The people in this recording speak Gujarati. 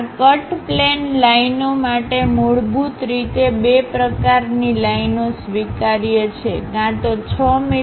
આ કટ પ્લેન લાઇનો માટે મૂળભૂત રીતે બે પ્રકારની લાઇનો સ્વીકાર્ય છેકાં તો 6 મી